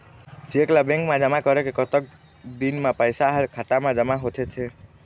Cheque ला bank मा जमा करे के कतक दिन मा पैसा हा खाता मा जमा होथे थे?